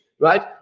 Right